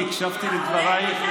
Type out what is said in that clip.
אני הקשבתי לדברייך.